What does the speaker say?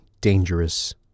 dangerous